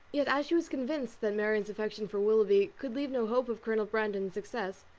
yet as she was convinced that marianne's affection for willoughby, could leave no hope of colonel brandon's success,